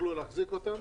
יוכלו להחזיק אותם